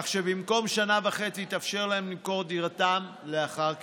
כך שבמקום שנה וחצי יתאפשר להם למכור את דירתם לאחר כשנתיים.